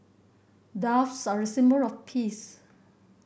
doves are a symbol of peace